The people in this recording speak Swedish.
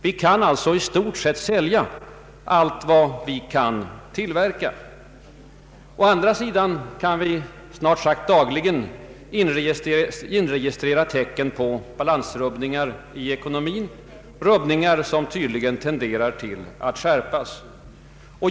Vi kan i stort sett sälja allt vad vi kan tillverka. Å andra sidan kan vi snart sagt dagligen inregistrera tecken på balansrubbningar i ekonomin, rubbningar som tydligen tenderar att skärpas.